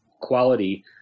quality